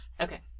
Okay